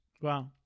Wow